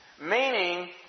meaning